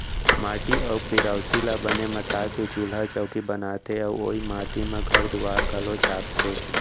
माटी अउ पेरोसी ल बने मता के चूल्हा चैकी बनाथे अउ ओइ माटी म घर दुआर घलौ छाबथें